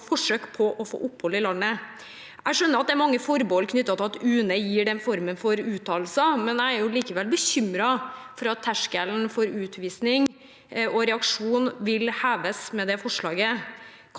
forsøk» på å få opphold i landet. Jeg skjønner at det er mange forbehold knyttet til at UNE gir den formen for uttalelser, men jeg er likevel bekymret for at terskelen for utvisning og reaksjon vil heves med det forslaget.